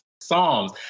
Psalms